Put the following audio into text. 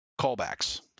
callbacks